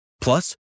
Plus